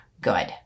Good